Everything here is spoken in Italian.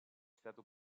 stato